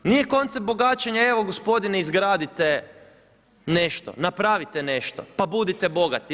Nije koncept bogaćenja, evo gospodine izgradite nešto, napravite nešto, pa budite bogate.